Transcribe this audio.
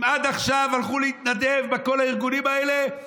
אם עד עכשיו הלכו להתנדב בכל הארגונים האלה,